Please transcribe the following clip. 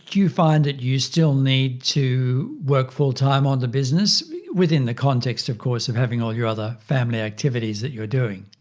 you find that you still need to work full time on the business within the context of course of having all your other family activities that you're doing?